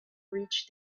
reach